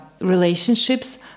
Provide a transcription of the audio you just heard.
relationships